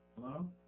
Hello